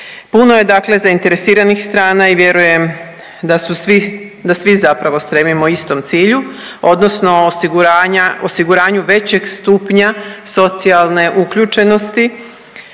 Puno je dakle zainteresiranih strana i vjerujem da su svi, da svi zapravo stremimo istom cilju, odnosno osiguranju većeg stupnja socijalne uključenosti